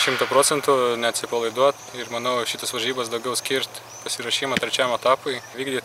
šimtu procentų neatsipalaiduot ir manau šitas varžybas daugiau skirt pasiruošimo trečiam etapui vykdyt